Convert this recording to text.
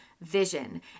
vision